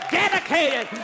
dedicated